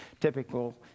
typical